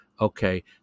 Okay